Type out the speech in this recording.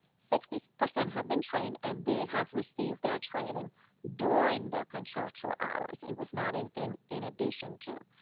sixty percent have been trained and they have received their training during their contractual hours, it was not anything in addition to.